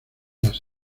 las